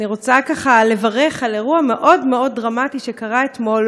אני רוצה לברך על אירוע מאוד מאוד דרמטי שקרה אתמול,